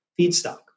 feedstock